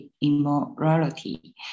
immorality